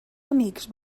amics